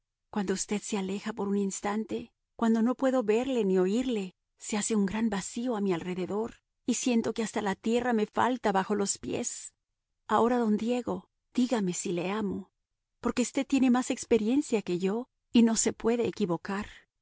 cuando usted se aleja por un instante cuando no puedo verle ni oírle se hace un gran vacío a mi alrededor y siento que hasta la tierra me falta bajo los pies ahora don diego dígame si le amo porque usted tiene más experiencia que yo y no se puede equivocar